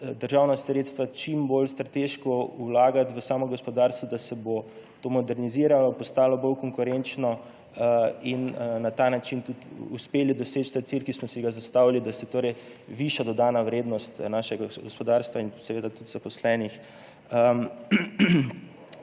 državna sredstva čim bolj strateško vlagati v gospodarstvo, da se bo to moderniziralo, postalo bolj konkurenčno in bomo na ta način uspeli doseči cilj, ki smo si ga zastavili, da se torej viša dodana vrednost našega gospodarstva in tudi zaposlenih.